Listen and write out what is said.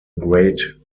great